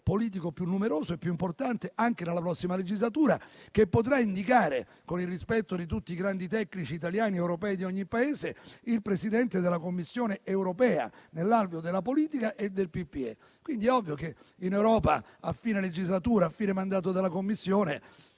politico più numeroso e più importante anche nella prossima legislatura e che potrà indicare, con il rispetto di tutti i grandi tecnici italiani ed europei di ogni Paese, il Presidente della Commissione europea, nell'alveo della politica e del PPE. Quindi è ovvio che in Europa, a fine legislatura, a fine mandato dalla Commissione,